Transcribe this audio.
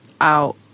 out